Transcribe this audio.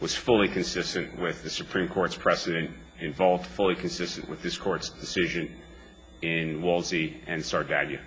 was fully consistent with the supreme court's precedent involved fully consistent with this court's decision and walty and start value